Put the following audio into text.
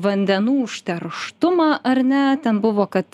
vandenų užterštumą ar ne ten buvo kad